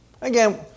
Again